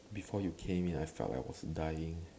before you came in I felt like I was dying